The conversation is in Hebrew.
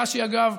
רש"י, אגב,